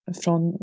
från